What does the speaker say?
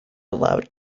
allowed